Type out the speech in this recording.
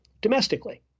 domestically